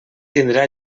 tindrà